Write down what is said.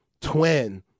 twin